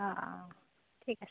অঁ অঁ ঠিক আছে